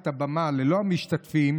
רשימה הנהנים מאותו תקציב מאוד מאוד ייעודי,